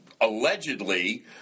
allegedly